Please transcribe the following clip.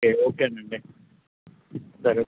okay okay అండి సరే